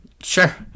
Sure